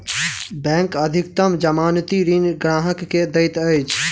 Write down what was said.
bank अधिकतम जमानती ऋण ग्राहक के दैत अछि